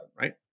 right